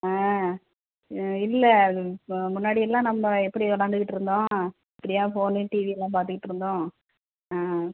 ஆ இல்லை முன்னாடி எல்லாம் நம்ப எப்படி விளையாண்டுகிட்டு இருந்தோம் இப்படியா ஃபோன் டிவி எல்லாம் பார்த்துகிட்டு இருந்தோம் ஆ